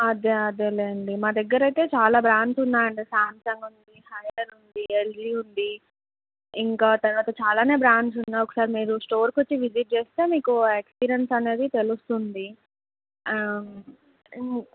అదే అదేలే అండి మా దగ్గర అయితే చాలా బ్రాండ్స్ ఉన్నాయండి సాంసంగ్ ఉంది హైయర్ ఉంది ఎల్జీ ఉంది ఇంకా తర్వాత చాలానే బ్రాండ్స్ ఉన్నాయి ఒకసారి మీరు స్టోర్కి వచ్చి విజిట్ చేస్తే మీకు ఎక్స్పీరియన్స్ అనేది తెలుస్తుంది